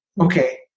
Okay